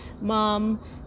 mom